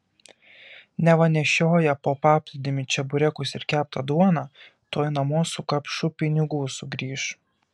neva nešioja po paplūdimį čeburekus ir keptą duoną tuoj namo su kapšu pinigų sugrįš